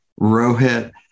Rohit